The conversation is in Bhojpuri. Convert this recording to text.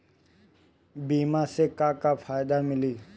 बीमा से का का फायदा मिली?